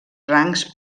rangs